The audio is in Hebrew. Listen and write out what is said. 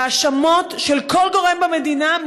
והאשמות של כל גורם במדינה,